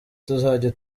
tuzajya